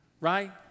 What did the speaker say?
Right